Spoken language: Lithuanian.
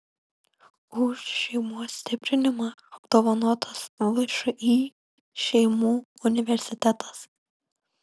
už šeimos stiprinimą apdovanotas všį šeimų universitetas